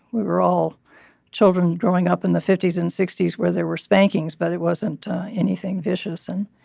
we were all children growing up in the fifty s and sixty s where there were spankings, but it wasn't anything vicious. and